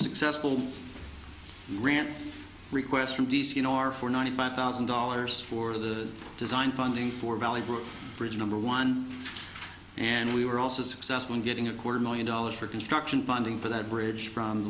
successful rant requests from d c in our four ninety five thousand dollars for the design funding for valid bridge number one and we were also successful in getting a quarter million dollars for construction funding for that bridge from